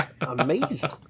amazing